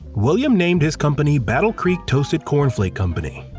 william named his company battle creek toasted corn flake company.